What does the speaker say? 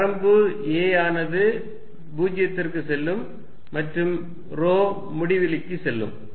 வரம்பு a ஆனது 0 க்குச் செல்லும் மற்றும் ρ முடிவிலிக்குச் செல்லும்